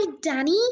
Danny